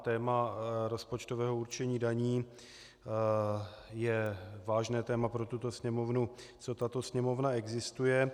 Téma rozpočtového určení daní je vážné téma pro tuto Sněmovnu, co tato Sněmovna existuje.